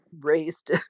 raised